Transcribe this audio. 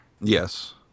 Yes